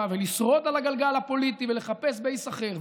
ולשרוד על הגלגל הפוליטי ולחפש בייס אחר.